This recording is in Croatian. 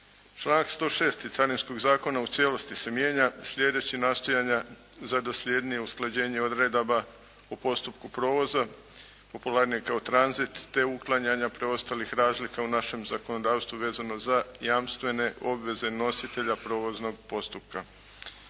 Članak 106. Carinskog zakona u cijelosti se mijenja slijedeći nastojanja za dosljednije usklađenje odredaba u postupku provoza popularnije kao tranzit te uklanjanja preostalih razlika u našem zakonodavstvu vezano za jamstvene obveze nositelja provoznog postupka.